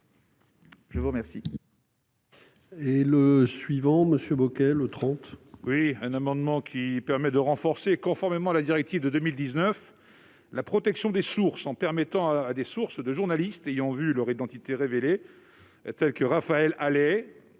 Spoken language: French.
je vous remercie